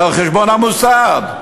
זה על חשבון המוסד.